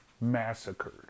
massacred